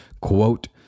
quote